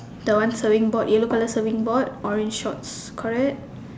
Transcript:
the one surfing board yellow colour surfing board orange shorts correct